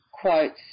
quotes